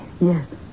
Yes